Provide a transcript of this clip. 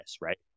right